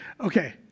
Okay